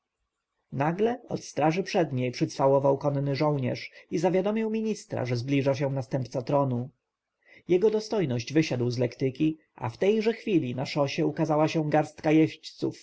od straży przedniej przycwałował konny żołnierz i zawiadomił ministra że zbliża się następca tronu jego dostojność wysiadł z lektyki a w tejże chwili na szosie ukazała się garstka jeźdźców